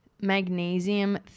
magnesium